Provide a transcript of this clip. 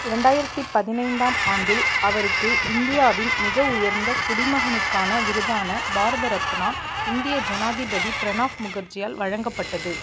இரண்டாயிரத்தி பதினைந்தாம் ஆண்டில் அவருக்கு இந்தியாவின் மிக உயர்ந்த குடிமகனுக்கான விருதான பாரத ரத்னா இந்திய ஜனாதிபதி பிரணாஃப் முகர்ஜியால் வழங்கப்பட்டது